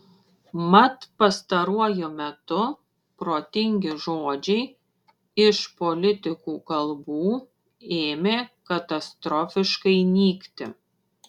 mat pastaruoju metu protingi žodžiai iš politikų kalbų ėmė katastrofiškai nykti